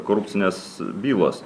korupcinės bylos